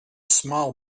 small